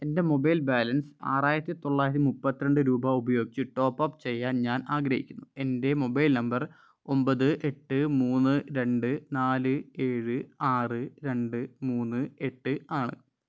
എൻ്റെ mobile balance ആറായിരത്തി തൊള്ളായിരം മുപ്പത്തിരണ്ട് രൂപ ഉപയോഗിച്ച് ടോപ്പ് അപ്പ് ചെയ്യാൻ ഞാൻ ആഗ്രഹിക്കുന്നു എൻ്റെ മൊബൈൽ നമ്പർ ഒമ്പത് എട്ട് മൂന്ന് രണ്ട് നാല് ഏഴ് ആറ് രണ്ട് മൂന്ന് എട്ട് ആണ്